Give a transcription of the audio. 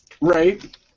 Right